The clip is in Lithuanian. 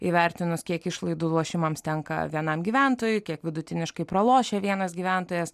įvertinus kiek išlaidų lošimams tenka vienam gyventojui kiek vidutiniškai pralošia vienas gyventojas